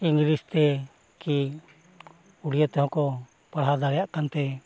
English ᱛᱮ ᱠᱤ ᱩᱲᱭᱟᱹ ᱛᱮᱦᱚᱸ ᱠᱚ ᱯᱟᱲᱦᱟᱣ ᱫᱟᱲᱮᱭᱟᱜ ᱠᱟᱱᱛᱮ